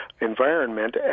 environment